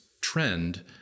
trend